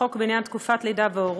העבודה,